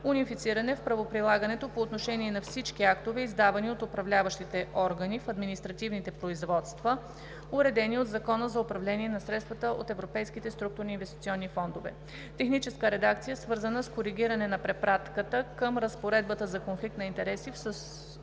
унифициране в правоприлагането по отношение на всички актове, издавани от управляващите органи в административните производства, уредени от Закона за управление на средствата от Европейските структурни и инвестиционни фондове; - техническа редакция, свързана с коригиране на препратката към разпоредбата за конфликт на интереси в